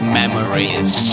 memories